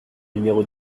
numéro